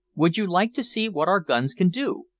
would you like to see what our guns can do?